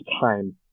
time